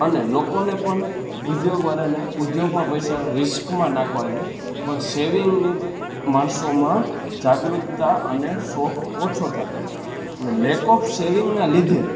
અને લોકોને પણ ઉદ્યોગવાળાને ઉદ્યોગમાં પૈસા રિસ્કમાં નાખવા છે પણ સેવિંગની માણસોમાં જાગૃતતા અને શોખ ઓછો થતો એટલે લેક ઓફ સેવિંગના લીધે